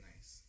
Nice